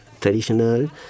traditional